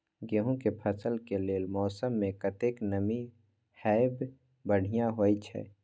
गेंहू के फसल के लेल मौसम में कतेक नमी हैब बढ़िया होए छै?